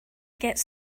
gets